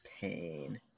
pain